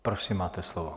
Prosím, máte slovo.